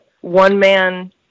one-man